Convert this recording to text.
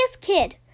kid